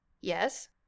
Yes